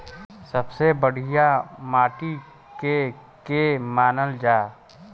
सबसे बढ़िया माटी के के मानल जा?